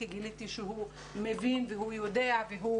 כי גיליתי שהוא מבין והוא יודע והוא